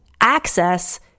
access